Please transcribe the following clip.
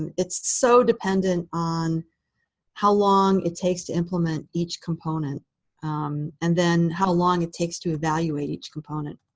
and it's so dependent on how long it takes to implement each component and then how long it takes to evaluate each component.